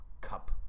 cup